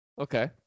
Okay